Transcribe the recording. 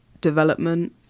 development